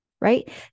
right